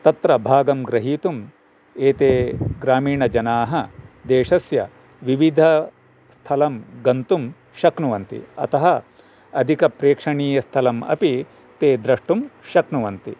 तत्र भागं ग्रहीतुं एते ग्रामीणजनाः देशस्य विविधस्थलं गन्तुं शक्नुवन्ति अतः अधिकप्रेक्षणीयस्थलम् अपि ते द्रष्टुं शक्नुवन्ति